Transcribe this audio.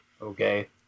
Okay